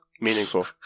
Meaningful